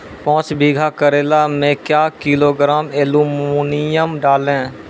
पाँच बीघा करेला मे क्या किलोग्राम एलमुनियम डालें?